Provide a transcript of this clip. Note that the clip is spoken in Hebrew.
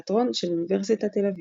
לתיאטרון של אוניברסיטת תל אביב